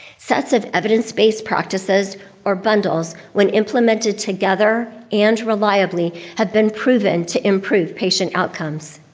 sets of evidence-based practices or bundles, when implemented together and reliably, have been proven to improve patient outcomes.